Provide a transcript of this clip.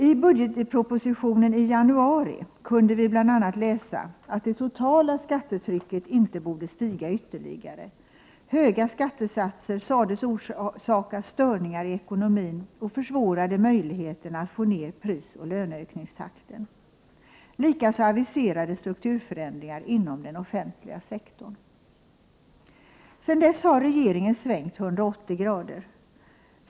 I budgetpropositionen i januari kunde vi läsa bl.a. att det totala skattetrycket inte borde stiga ytterligare. Höga skattesatser sades orsaka störningar i ekonomin och försvårade möjligheterna att få ner prisoch löneökningstakten. Likaså aviserades strukturförändringar inom den offentliga sektorn. Sedan dess har regeringen svängt 180 grader.